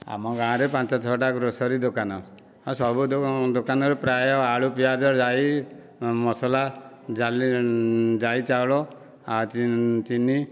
ଆମ ଗାଁରେ ପାଞ୍ଚ ଛଅଟା ଗ୍ରୋସରୀ ଦୋକାନ ଆଉ ସବୁ ଦୋକାନରେ ପ୍ରାୟ ଆଳୁ ପିଆଜ ଜାଇ ମସଲା ଜାଇ ଚାଉଳ ଆଉ ଚିନି